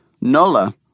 Nola